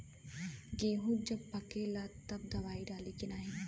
गेहूँ जब पकेला तब दवाई डाली की नाही?